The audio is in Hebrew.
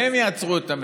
והם יעצרו את המשק.